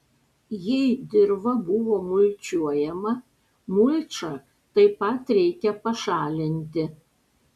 jei dirva buvo mulčiuojama mulčią taip pat reikia pašalinti